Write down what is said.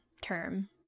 term